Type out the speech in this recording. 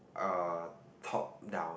uh top down